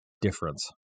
difference